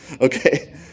okay